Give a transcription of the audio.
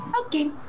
okay